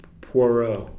Poirot